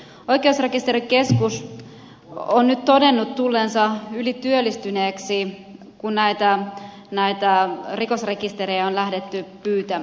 oikeusrekisterikeskus on nyt todennut tulleensa ylityöllistyneeksi kun näitä rikosrekisterejä on lähdetty pyytämään